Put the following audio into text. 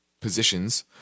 positions